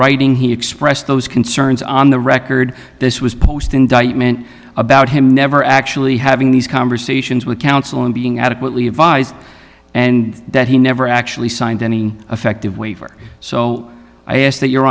writing he expressed those concerns on the record this was post indictment about him never actually having these conversations with counsel and being adequately advised and that he never actually signed any effective way for so i ask that you